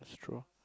that's true